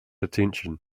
attention